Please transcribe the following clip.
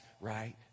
right